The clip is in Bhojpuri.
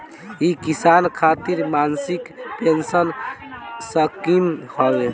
इ किसान खातिर मासिक पेंसन स्कीम हवे